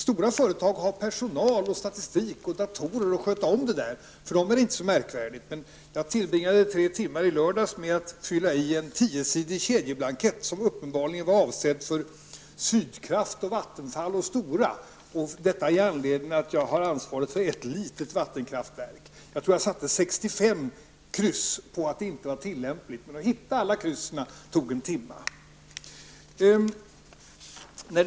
Stora företag har personal, tillgång till statistik och datorer. För dem är det inte så märkvärdigt att fylla i olika uppgifter. Själv ägnade jag tre timmar i lördags åt att fylla i en tiosidig kedjeblankett, som uppenbarligen var avsedd för Anledningen var att jag har ansvar för ett litet vattenkraftverk. Jag tror att jag satte 65 kryss på att det som efterfrågades inte var tillämpligt. Bara att hitta alla kryss tog en timme i anspråk.